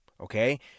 Okay